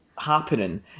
happening